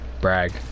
Brag